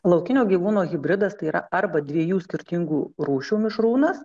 laukinio gyvūno hibridas tai yra arba dviejų skirtingų rūšių mišrūnas